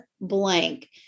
blank